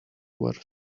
were